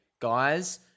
guys